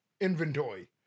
inventory